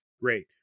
Great